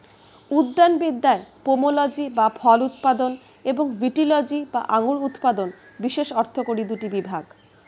উদ্যানবিদ্যায় পোমোলজি বা ফল উৎপাদন এবং ভিটিলজি বা আঙুর উৎপাদন বিশেষ অর্থকরী দুটি বিভাগ